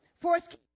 fourth